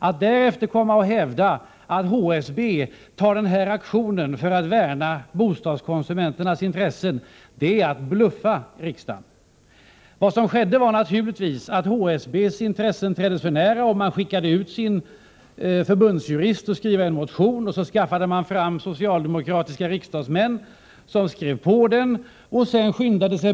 Att därefter hävda att syftet med HSB:s aktion är att värna bostadskonsumenternas intressen är att bluffa riksdagen. Vad som skedde var naturligtvis att HSB:s intressen träddes för när. Man skickade ut sin förbundsjurist för att han skulle skriva en motion. Man skaffade fram socialdemokratiska riksdagsmän som skrev på den.